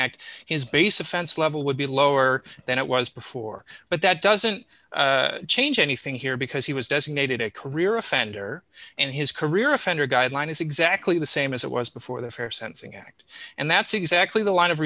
act his base offense level would be lower than it was before but that doesn't change anything here because he was designated a career offender and his career offender guideline is exactly the same as it was before the fair sensing act and that's exactly the l